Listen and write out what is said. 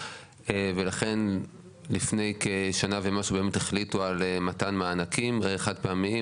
ולכן לפני כשנה ומשהו באמת החליטו על מתן מענקים חד פעמיים,